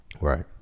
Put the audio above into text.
right